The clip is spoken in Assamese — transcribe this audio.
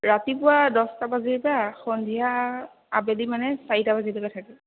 ৰাতিপুৱা দহটা বজাৰ পৰা সন্ধিয়া আবেলি মানে চাৰিটা বাজিলৈকে থাকোঁ